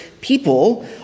people